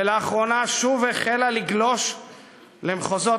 ולאחרונה שוב החלה לגלוש למחוזות